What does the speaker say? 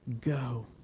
go